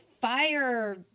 fire